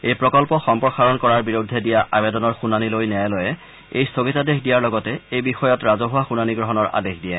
এই প্ৰকল্প সম্প্ৰসাৰণ কৰাৰ বিৰুদ্ধে দিয়া আবেদনৰ শুনানী লৈ ন্যায়ালয়ে এই স্থগিতাদেশ দিয়াৰ লগতে এই বিষয়টো ৰাজহুৱা শুনানী গ্ৰহণৰ আদেশ দিয়ে